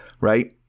Right